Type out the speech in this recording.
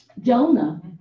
Jonah